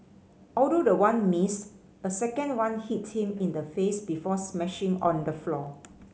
although the one missed a second one hit him in the face before smashing on the floor